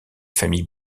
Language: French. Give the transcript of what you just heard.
familles